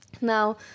Now